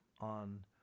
on